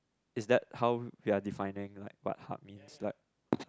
is that how we are defining like what hub means like